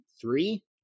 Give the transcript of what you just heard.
three